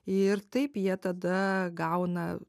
ir taip jie tada gauna